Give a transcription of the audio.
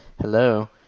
hello